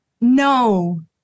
No